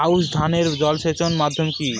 আউশ ধান এ জলসেচের মাধ্যম কি?